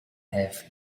have